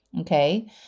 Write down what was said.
Okay